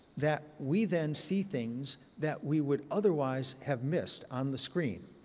that we then see things that we would otherwise have missed on the screen.